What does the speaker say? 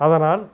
அதனால்